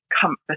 comfort